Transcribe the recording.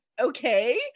okay